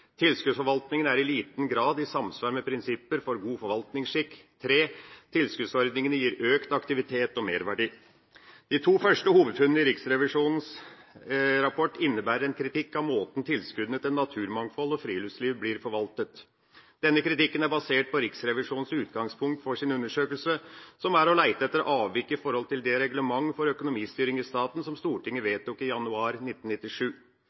Tilskuddsforvaltningen er i liten grad i samsvar med prinsipper for god forvaltningsskikk. – Tilskuddsordningene gir økt aktivitet og merverdi.» De to første hovedfunnene i Riksrevisjonens rapport innebærer en kritikk av måten tilskuddene til naturmangfold og friluftsliv blir forvaltet på. Denne kritikken er basert på Riksrevisjonens utgangspunkt for sin undersøkelse, som er å leite etter avvik i forhold til det reglementet for økonomistyring i staten som Stortinget vedtok i januar 1997,